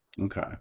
okay